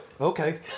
Okay